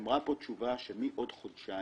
נאמר פה שהחל מעוד חודשיים